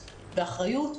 באחריות,